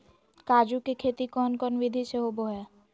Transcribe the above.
काजू के खेती कौन कौन विधि से होबो हय?